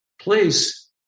place